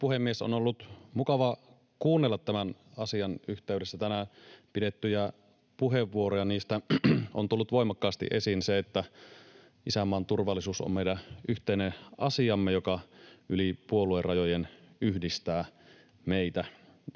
puhemies! On ollut mukava kuunnella tämän asian yhteydessä tänään pidettyjä puheenvuoroja. Niistä on tullut voimakkaasti esiin se, että isänmaan turvallisuus on meidän yhteinen asiamme, joka yli puoluerajojen yhdistää meitä.